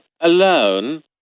alone